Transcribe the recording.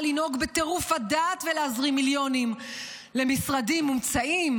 לנהוג בטירוף הדעת ולהזרים מיליונים למשרדים מומצאים,